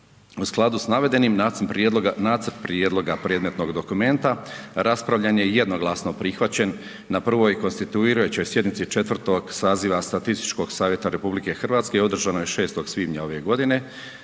U skladu sa navedenim nacrt prijedloga predmetnoga dokumenta, raspravljen je i jednoglasno prihvaćen na prvoj konstituirajućoj sjednici 4. saziva statističkog savjeta RH održanoj 6. svibnja ove godine